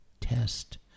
Test